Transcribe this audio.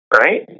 right